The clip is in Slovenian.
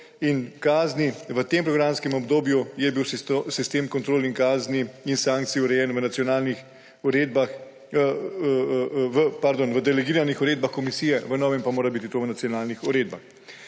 in kazni; v tem programskem obdobju je bil sistem kontrol, kazni in sankcij urejen v delegiranih uredbah komisije, v novem pa mora biti to v nacionalnih uredbah.